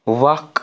وق